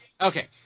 Okay